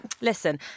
listen